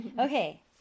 okay